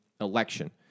election